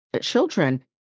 children